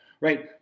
right